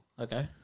Okay